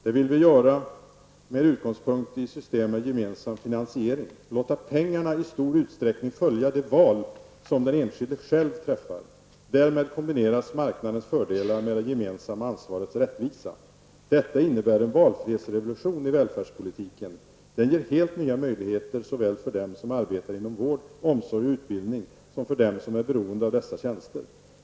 Det vill vi göra med utgångspunkt i systemen med gemensam finansiering, dvs. låta pengarna i stor utsträckning följa det val som den enskilde själv träffar. Därmed kombineras marknadens fördelar med det gemensamma ansvaret för rättvisa. Detta innebär en valfrihetsrevolution i välfärdspolitiken. Den ger helt nya möjligheter såväl för dem som arbetar inom vård, omsorg och utbildning som för dem som är beroende av dessa tjänster.